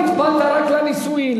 למה נטפלת רק לנישואים?